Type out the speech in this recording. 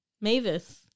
Mavis